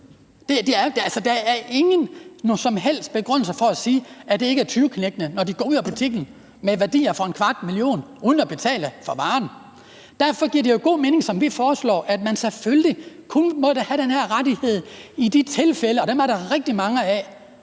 der er ingen som helst begrundelse for at sige, at det ikke er dem, der er tyveknægtene, når de går ud af butikken med værdier for en kvart million kroner uden at betale for varerne. Derfor giver det jo god mening, som vi foreslår, at man selvfølgelig kun må have den her rettighed i de tilfælde – og dem er der rigtig mange af